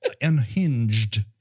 unhinged